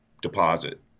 deposit